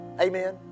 amen